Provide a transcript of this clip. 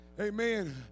Amen